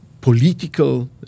political